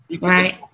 Right